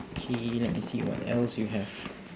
K let me see what else you have